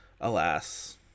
alas